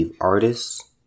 artists